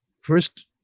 First